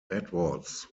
edwards